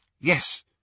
Yes